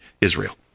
Israel